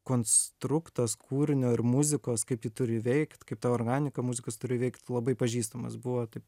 konstruktas kūrinio ir muzikos kaip ji turi veikt kaip ta organika muzikos turi veikt labai pažįstamas buvo taip